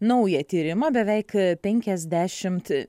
naują tyrimą beveik penkiasdešimt